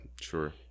Sure